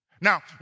Now